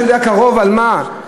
שיודע מקרוב על מה,